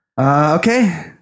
Okay